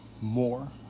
more